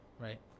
right